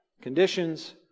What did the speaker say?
conditions